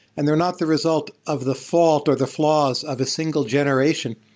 and they're not the result of the fault or the flaws of a single generation.